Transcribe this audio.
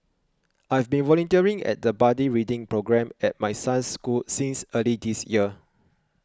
I've been volunteering at the buddy reading programme at my son's school since early this year